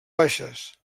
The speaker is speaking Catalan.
baixes